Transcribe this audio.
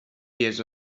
dies